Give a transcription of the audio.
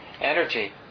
energy